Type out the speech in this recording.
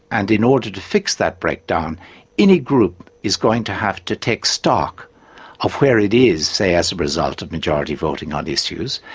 and in order to fix that breakdown any group is going to have to take stock of where it is, say as a result of majority voting on issues,